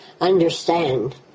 understand